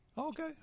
Okay